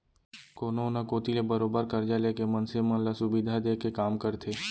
कोनो न कोती ले बरोबर करजा लेके मनसे मन ल सुबिधा देय के काम करथे